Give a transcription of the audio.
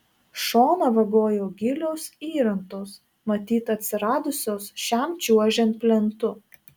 šoną vagojo gilios įrantos matyt atsiradusios šiam čiuožiant plentu